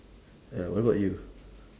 ya what about you